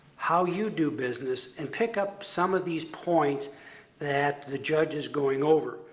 how you do business, and pick up some of these points that the judge is going over.